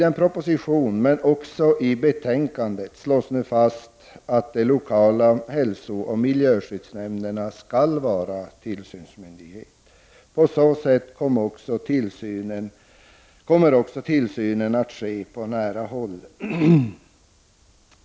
I propositionen och i betänkandet slås fast att de lokala hälsooch miljöskyddsnämnderna skall vara tillsynsmyndigheter. På så sätt kommer också tillsynen att ske på nära håll.